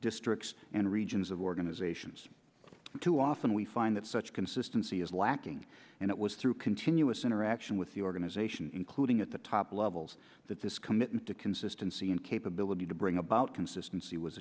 districts and regions of organizations too often we find that such consistency is lacking and it was through continuous interaction with the organization including at the top levels that this commitment to consistency and capability to bring about consistency was